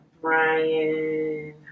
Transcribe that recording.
Brian